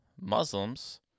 Muslims